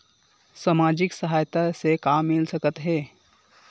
सामाजिक सहायता से का मिल सकत हे?